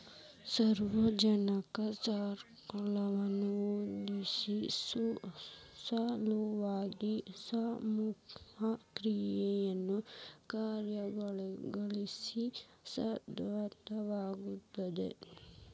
ಸಾರ್ವಜನಿಕ ಸರಕುಗಳನ್ನ ಒದಗಿಸೊ ಸಲುವಾಗಿ ಸಾಮೂಹಿಕ ಕ್ರಿಯೆಯನ್ನ ಕಾರ್ಯಗತಗೊಳಿಸೋ ಸಾಧನವಾಗಿರ್ತದ